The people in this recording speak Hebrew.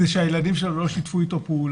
זה שהילדים שלו לא שיתפו איתו פעולה.